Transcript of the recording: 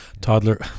toddler